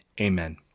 amen